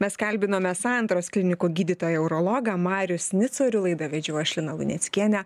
mes kalbinome santaros klinikų gydytoją urologą marius nico ir laidą vedžiau aš lina luneckienė